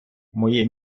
моє